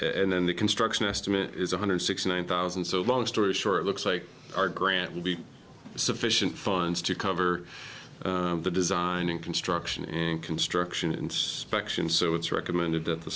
and then the construction estimate is one hundred sixty nine thousand so long story short it looks like our grant would be sufficient funds to cover the design and construction and construction inspection so it's recommended that the